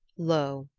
lo,